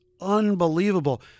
unbelievable